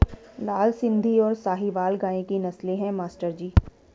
लाल सिंधी और साहिवाल गाय की नस्लें हैं मास्टर जी